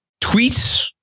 tweets